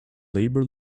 labor